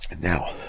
now